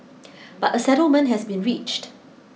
but a settlement has been reached